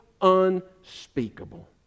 unspeakable